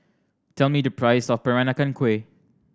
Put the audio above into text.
tell me the price of Peranakan Kueh